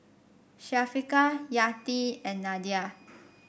Syafiqah Yati and Nadia